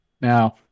Now